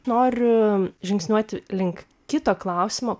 noriu žingsniuoti link kito klausimo